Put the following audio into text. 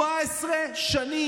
משפט אחרון,